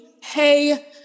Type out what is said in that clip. hey